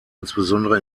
insbesondere